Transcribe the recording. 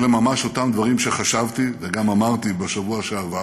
אלה ממש אותם דברים שחשבתי וגם אמרתי בשבוע שעבר